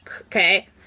okay